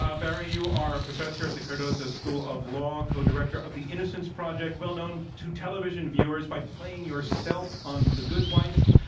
barry, you are a professor at the cardoz o school of law, co director of the innocence project. well known to television viewers by playing yourself on the good wife.